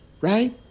Right